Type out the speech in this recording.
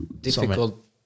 Difficult